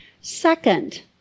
Second